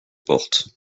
portent